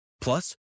Plus